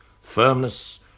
firmness